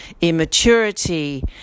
immaturity